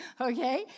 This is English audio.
okay